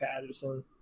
Patterson